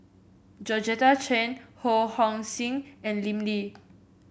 Georgette Chen Ho Hong Sing and Lim Lee